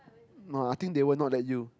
no I think they will not let you